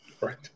right